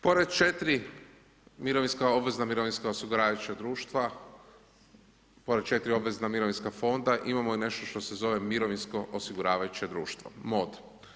Pored 4, mirovinska obvezna mirovinska osiguravajuća društva, pored četiri obvezna mirovinska fonda imamo i nešto što se zove mirovinsko osiguravajuće društvo MOD.